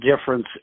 difference